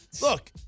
look